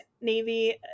Navy